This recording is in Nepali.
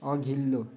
अघिल्लो